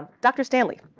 dr. stanley,